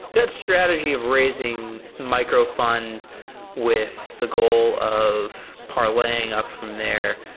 that strategy of raising micro-fund with the goal of parlaying up from there,